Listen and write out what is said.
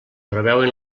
preveuen